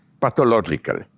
pathological